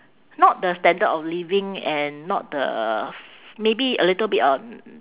not the standard of living and not the maybe a little bit on